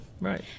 Right